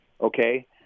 okay